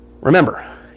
Remember